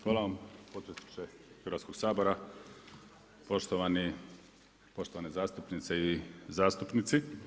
Hvala vam potpredsjedniče Hrvatskog sabora, poštovane zastupnice i zastupnici.